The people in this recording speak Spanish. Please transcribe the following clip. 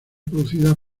producidas